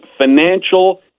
financial